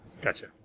Gotcha